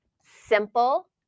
Simple